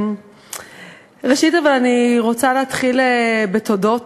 ראשית, אני רוצה להתחיל בתודות